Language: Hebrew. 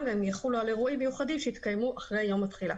והן יחולו על אירועים מיוחדים שיתקיימו אחרי יום התחילה.